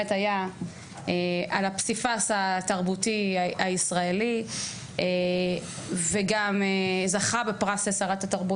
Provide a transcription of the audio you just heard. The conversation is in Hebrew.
על הפסיפס התרבותי הישראלי וגם זכה בפרס שרת התרבות